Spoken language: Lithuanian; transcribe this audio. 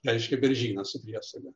reiškia beržyną su priesaga